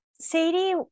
Sadie